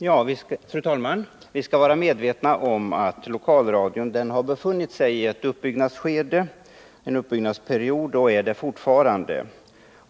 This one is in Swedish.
Fru talman! Vi skall vara medvetna om att lokalradion har befunnit sig i en uppbyggnadsperiod och gör det fortfarande.